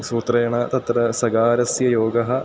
सूत्रेण तत्र सकारस्य योगः